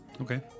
Okay